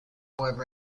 however